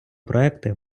проекти